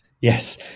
yes